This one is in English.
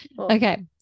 okay